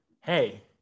hey